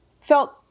felt